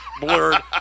blurred